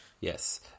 yes